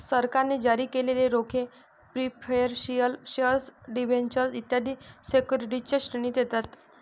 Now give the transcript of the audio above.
सरकारने जारी केलेले रोखे प्रिफरेंशियल शेअर डिबेंचर्स इत्यादी सिक्युरिटीजच्या श्रेणीत येतात